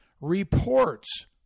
reports